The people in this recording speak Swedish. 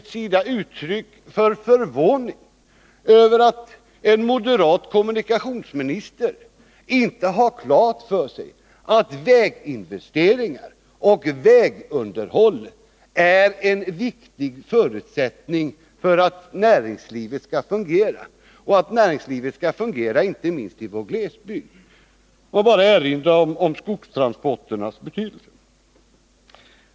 Man gav uttryck för förvåning över att en moderat kommunikationsminister inte har klart för sig att väginvesteringar och vägunderhåll är en viktig förutsättning för att näringslivet skall fungera inte minst i vår glesbygd. Får jag bara erinra om skogstransporternas betydelse.